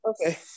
Okay